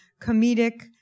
comedic